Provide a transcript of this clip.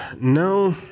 No